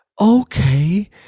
okay